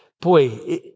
Boy